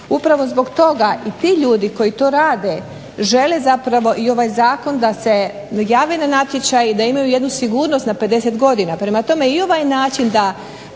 Upravo zbog toga i ti ljudi koji to rade žele zapravo i ovaj zakon da se jave na natječaj i da imaju jednu sigurnost na 50 godina. Prema tome, i ovo je način da